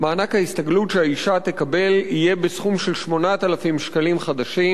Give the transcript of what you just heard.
ההסתגלות שהאשה תקבל יהיה בסכום של 8,000 שקלים חדשים,